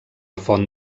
font